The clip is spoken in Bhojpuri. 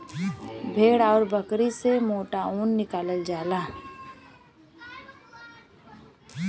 भेड़ आउर बकरी से मोटा ऊन निकालल जाला